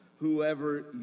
Whoever